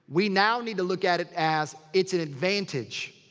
we now need to look at it as it's an advantage.